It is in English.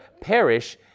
perish